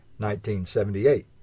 1978